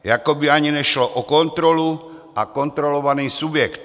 Jako by ani nešlo o kontrolu a kontrolovaný subjekt.